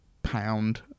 pound